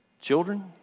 Children